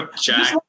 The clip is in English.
Jack